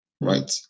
right